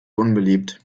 unbeliebt